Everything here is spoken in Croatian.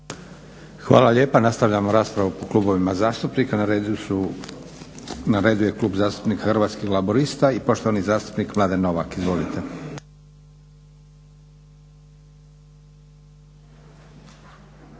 Hvala lijepo. Nastavljamo raspravu po klubovima zastupnika. Na redu je Klub zastupnika Hrvatskih laburista i poštovani zastupnik Mladen Novak. Izvolite.